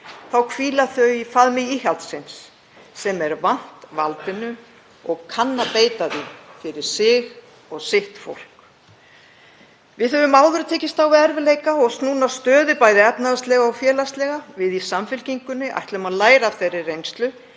þá hvíla þau í faðmi íhaldsins sem er vant valdinu og kann að beita því fyrir sig og sitt fólk. Við höfum áður tekist á við erfiðleika og snúna stöðu bæði efnahagslega og félagslega. Við í Samfylkingunni ætlum að læra af þeirri reynslu